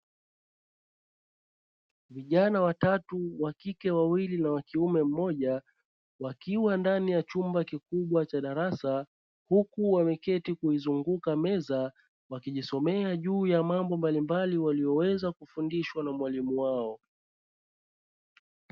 Vijana watatu wa kike wawili na wa kiume, mmoja wakiwa ndani ya chumba kikubwa cha darasa, huku wameketi kuizunguka meza, wakijisomea juu ya mambo mbalimbali waliyoweza kufundishwa na mwalimu wao.